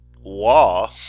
law